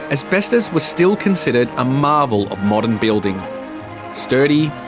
asbestos was still considered a marvel of modern building sturdy,